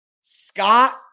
Scott